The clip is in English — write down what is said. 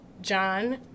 John